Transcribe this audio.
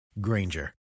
Granger